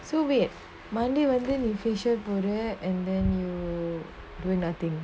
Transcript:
so wait monday you finish facial and then doing nothing